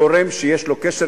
גורם שיש לו קשר,